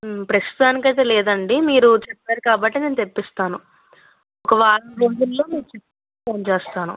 ప్రస్తుతానికయితే లేదండి మీరు చెప్పారు కాబట్టి నేను తెప్పిస్తాను ఒక వారం రోజుల్లో నేను చెప్ ఫోన్ చేస్తాను